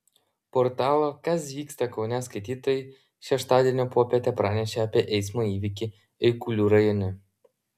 portalo kas vyksta kaune skaitytojai šeštadienio popietę pranešė apie eismo įvykį eigulių rajone